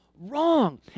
wrong